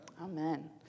Amen